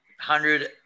hundred